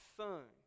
son